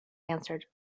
answered